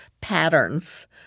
patterns